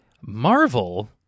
Marvel